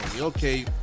Okay